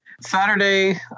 Saturday